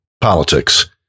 politics